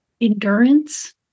Endurance